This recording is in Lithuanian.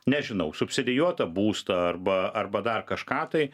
nežinau subsidijuotą būstą arba arba dar kažką tai